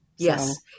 Yes